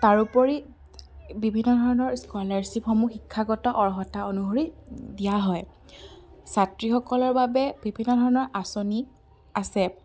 তাৰোপৰি বিভিন্ন ধৰণৰ স্ক'লাৰশ্বিপসমূহ শিক্ষাগত অৰ্হতা অনুসৰি দিয়া হয় ছাত্ৰীসকলৰ বাবে বিভিন্ন ধৰণৰ আঁচনি আছে